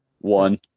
One